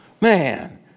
Man